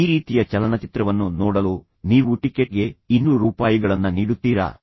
ಈ ರೀತಿಯ ಚಲನಚಿತ್ರವನ್ನು ನೋಡಲು ನೀವು ಟಿಕೆಟ್ಗೆ ಇನ್ನೂರು ರೂಪಾಯಿಗಳನ್ನ ನೀಡುತ್ತೀರಾ